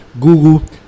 Google